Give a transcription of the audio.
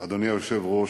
אדוני היושב-ראש,